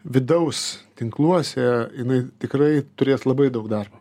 vidaus tinkluose jinai tikrai turės labai daug darbo